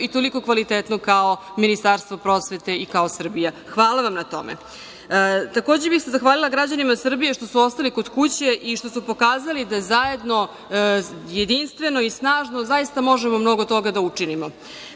i toliko kvalitetno kako Ministarstvo prosvete i kao Srbije. Hvala vam na tome. Takođe bih se zahvalila građanima Srbije što su ostali kod kuće i što su pokazali da zajedno, jedinstveno i snažno zaista možemo mnogo toga da učinimo.